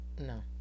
No